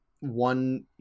one